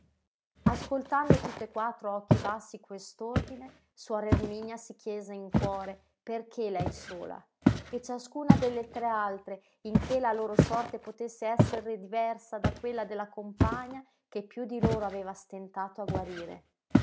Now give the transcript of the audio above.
ascoltando tutte e quattro a occhi bassi quest'ordine suor erminia si chiese in cuore perché lei sola e ciascuna delle tre altre in che la loro sorte potesse essere diversa da quella della compagna che piú di loro aveva stentato a guarire